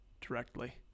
directly